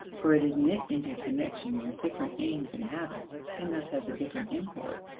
for it is knit into connection with different aims and habits, and thus has a different import.